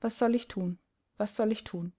was soll ich thun was soll ich thun